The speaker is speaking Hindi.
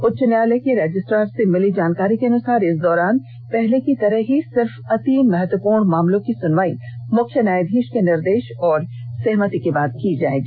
उच्च न्यायालय के रजिस्टार से मिली जानकारी के अनुसार इस दौरान पहले की तरह ही सिर्फ अति महत्वपूर्ण मामलों की सुनवाई मुख्य न्यायाधीष के निर्देष और सहमति के बाद की जाएगी